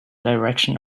direction